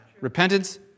Repentance